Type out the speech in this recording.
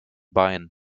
bein